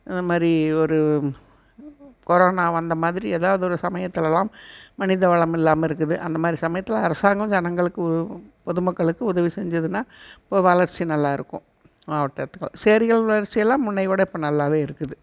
அது மாதிரி ஒரு கொரோனா வந்த மாதிரி ஏதாவது ஒரு சமயத்திலலாம் மனித வளம் இல்லாமல் இருக்குது அந்த மாதிரி சமயத்தில் அரசாங்கம் ஜனங்களுக்கு பொது மக்களுக்கு உதவி செஞ்சதுனால் அப்போ வளர்ச்சி நல்லாயிருக்கும் மாவட்டத்தில் செடிகள் வளர்ச்சியெல்லாம் முன்னை விட இப்போ நல்லாவே இருக்குது